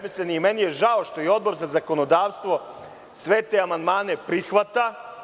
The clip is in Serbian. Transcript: Meni je žao što je Odbor za zakonodavstvo sve te amandmane prihvatio.